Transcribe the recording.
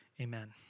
amen